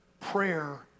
prayer